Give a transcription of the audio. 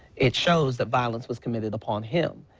it shows that violence was committed upon him.